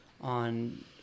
on